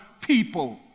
people